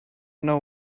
know